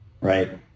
right